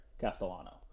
Castellano